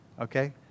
okay